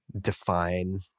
define